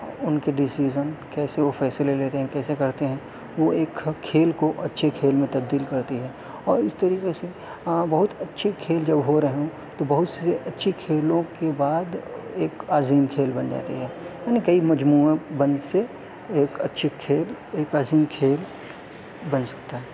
ان کے ڈیسیزن کیسے وہ فیصلے لیتے ہیں کیسے کرتے ہیں وہ ایک کھیل کو اچھے کھیل میں تبدیل کرتی ہے اور اس طریقے سے بہت اچھے کھیل جب ہو رہے ہوں تو بہت سے اچھے کھیلوں کے بعد ایک عظیم کھیل بن جاتی ہے ان کئی مجموعوں بند سے ایک اچھے کھیل ایک عظیم کھیل بن سکتا ہے